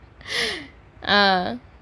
uh